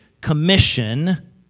Commission